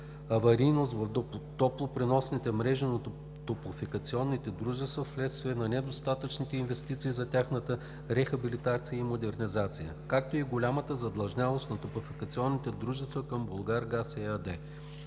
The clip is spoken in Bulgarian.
аварийност в топлопреносните мрежи на топлофикационните дружества вследствие на недостатъчните инвестиции за тяхната рехабилитация и модернизация, както и голямата задлъжнялост на топлофикационните дружества към „Булгаргаз“ ЕАД.